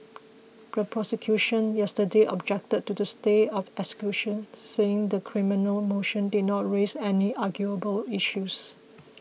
yesterday objected to the stay of execution saying the criminal motion did not raise any arguable issues